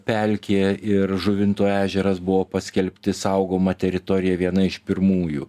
pelkė ir žuvinto ežeras buvo paskelbti saugoma teritorija viena iš pirmųjų